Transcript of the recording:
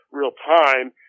real-time